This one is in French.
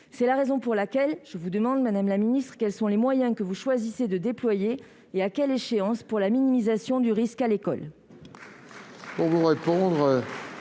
C'est la raison pour laquelle je vous demande, madame la ministre, quels sont les moyens que vous choisissez de déployer et à quelle échéance pour minimiser le risque à l'école.